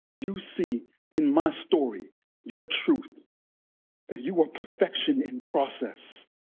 you see in my story your truth that you are perfection in process,